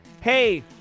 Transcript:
Hey